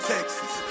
Texas